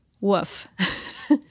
Woof